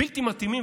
בלתי מתאימים,